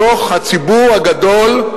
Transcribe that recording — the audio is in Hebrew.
בתוך הציבור הגדול,